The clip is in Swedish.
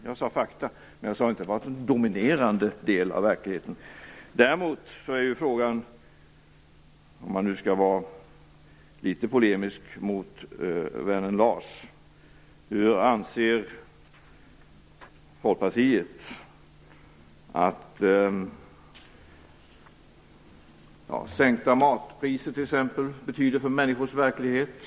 Jag angav fakta, men jag sade inte att det var en dominerande del av verkligheten. Däremot är frågan, om man nu skall vara litet polemisk mot vännen Lars, vad Folkpartiet anser att t.ex. sänkta matpriser betyder för människors verklighet.